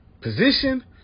position